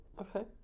Okay